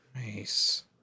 Nice